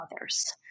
others